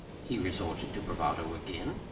he resorted to bravado again.